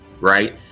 right